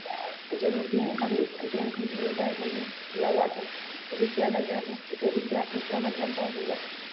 जेना बैंक अभी बैंकमे जेना जाइ रहियै तऽ लगबै अथी रुपैआ लगबै लेल तऽ ओतेक रुपैआ रुपैआ लगबै लेल जाइत रहियै